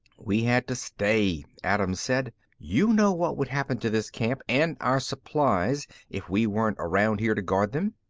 we had to stay, adams said. you know what would happen to this camp and our supplies if we weren't around here to guard them.